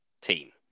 team